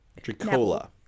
Dracola